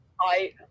I-